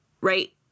right